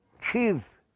chief